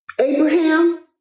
Abraham